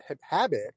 habit